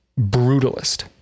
Brutalist